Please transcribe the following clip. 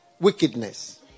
wickedness